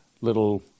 little